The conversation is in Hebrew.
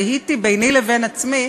תהיתי ביני לבין עצמי,